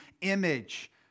image